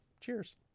cheers